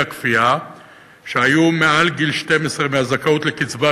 הכפייה שהיו מעל גיל 12 מהזכאות לקצבה,